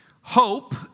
Hope